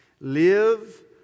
Live